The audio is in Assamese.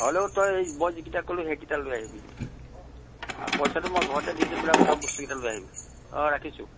হ'লেও তই মই যিকেইটা ক'লো সেইকেইটা লৈ আহিবি পইচাটো মই ঘৰতে দি দিম বাৰু তই বস্তু কেইটা লৈ আহিবি ৰাখিছোঁ